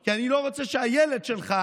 כי אני לא רוצה שהילד שלך